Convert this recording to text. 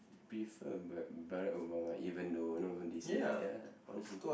prefer Bar~ Barack-Obama even though you know they say that ya honestly